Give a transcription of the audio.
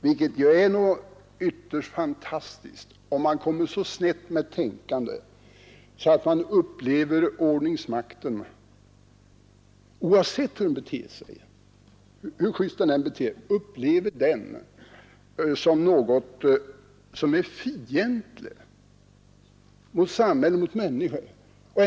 Det är något ytterst fantastiskt att man kommit så snett i sitt tänkande att man upplever ordningsmakten, oavsett hur den beter sig, som något fientligt mot samhället och människorna.